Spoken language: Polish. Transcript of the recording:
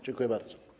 Dziękuję bardzo.